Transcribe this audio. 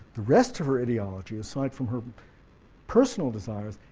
the rest of her ideology, aside from her personal desires,